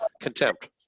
contempt